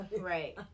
right